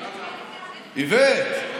איווט,